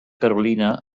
carolina